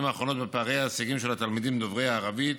האחרונות בפערי ההישגים של התלמידים דוברי הערבית.